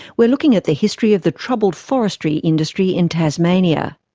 we're looking at the history of the troubled forestry industry in tasmania.